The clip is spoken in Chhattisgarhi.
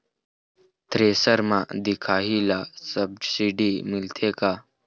थ्रेसर म दिखाही ला सब्सिडी मिलथे का?